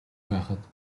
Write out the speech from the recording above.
байхад